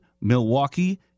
Milwaukee